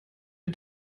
mit